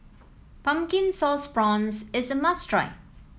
Pumpkin Sauce Prawns is a must try